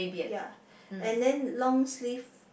ya and then long sleeve